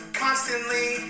constantly